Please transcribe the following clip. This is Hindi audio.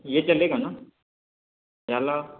यह चलेगा ना यह वाला